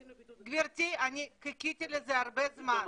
גברתי, אני חיכיתי לזה הרבה זמן.